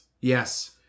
yes